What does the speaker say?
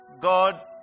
God